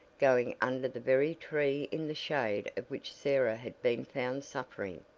going under the very tree in the shade of which sarah had been found suffering.